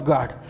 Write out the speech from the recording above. God